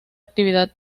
actividad